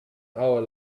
hour